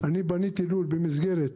אני בניתי לול במסגרת